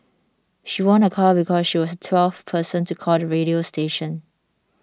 she won a car because she was the twelfth person to call the radio station